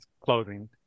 clothing